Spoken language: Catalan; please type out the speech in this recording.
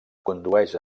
condueix